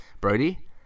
Brody